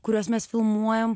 kuriuos mes filmuojam